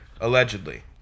Allegedly